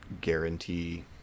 guarantee